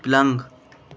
پلنگ